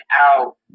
out